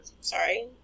Sorry